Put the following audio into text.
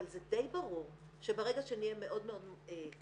אבל זה די ברור שברגע שנהיה מאוד קפדניים,